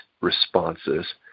responses